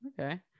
okay